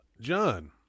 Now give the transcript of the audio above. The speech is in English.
John